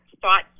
thought